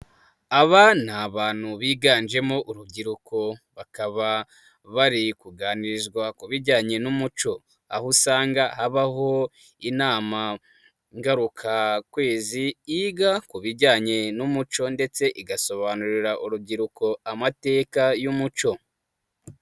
Aba ni abantu biganjemo urubyiruko bakaba bari kuganirizwa ku bijyanye n'umuco, aho usanga habaho inama ngaruka kwezi yiga ku bijyanye n'umuco ndetse igasobanurira urubyiruko amateka y'umuco.